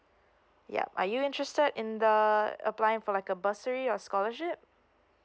yup are you interested in the applying for like a bursary or scholarship